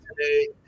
today